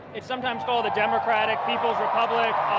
it sometimes called the democratic people's republic